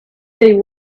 they